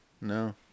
No